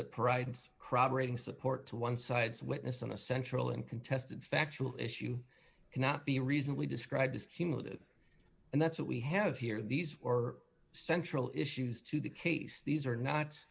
that provides crowd rating support to one side's witness on a central and contested factual issue cannot be reasonably described as cumulative and that's what we have here these or central issues to the case these are not